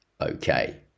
Okay